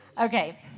Okay